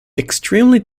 extremely